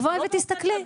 תבואי ותסתכלי,